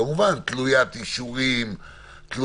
וכמובן שהיא תלויה באישורים ובתקציב,